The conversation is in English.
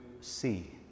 see